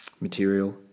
material